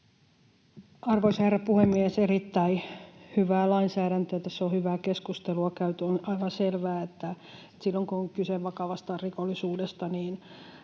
Arvoisa herra puhemies! Erittäin hyvää lainsäädäntöä, tässä on hyvää keskustelua käyty. On aivan selvää, että silloin kun on kyse vakavasta rikollisuudesta,